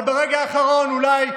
אבל ברגע האחרון אולי,